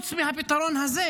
חוץ מהפתרון הזה.